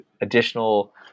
additional